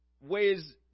ways